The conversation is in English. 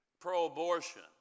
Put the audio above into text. Pro-abortion